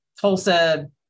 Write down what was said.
Tulsa